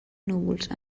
núvols